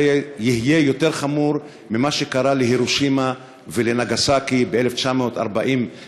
זה יהיה יותר חמור ממה שקרה להירושימה ולנגסקי ב-1945,